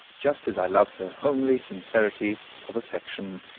just as i love her homely sincerity of affection.